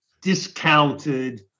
discounted